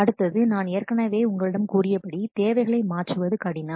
அடுத்தது நான் ஏற்கனவே உங்களிடம் கூறிய படி தேவைகளை மாற்றுவது கடினம்